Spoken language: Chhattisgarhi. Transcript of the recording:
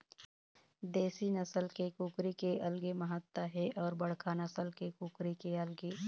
देशी नसल के कुकरी के अलगे महत्ता हे अउ बड़का नसल के कुकरी के अलगे